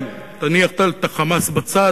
נניח את ה"חמאס" בצד.